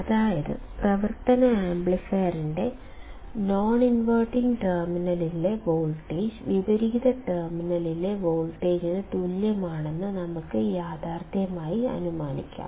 അതായത് പ്രവർത്തന ആംപ്ലിഫയറിന്റെ നോൺ ഇൻവെർട്ടിംഗ് ടെർമിനലിലെ വോൾട്ടേജ് വിപരീത ടെർമിനലിലെ വോൾട്ടേജിന് തുല്യമാണെന്ന് നമുക്ക് യാഥാർത്ഥ്യമായി അനുമാനിക്കാം